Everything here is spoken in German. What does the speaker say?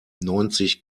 neunzig